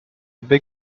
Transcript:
big